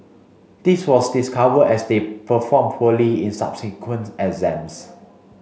this was discovered as they performed poorly in subsequent exams